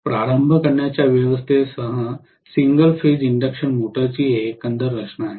प्रारंभ करण्याच्या व्यवस्थेसह सिंगल फेज इंडक्शन मोटरची ही एकंदर रचना आहे